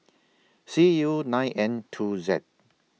C U nine N two Z